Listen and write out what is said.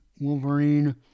Wolverine